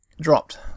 Dropped